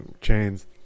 chains